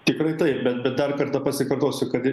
tikrai taip bet dar kartą pasikartosiu kad